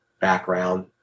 background